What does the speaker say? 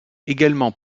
également